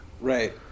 Right